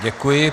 Děkuji.